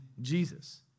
Jesus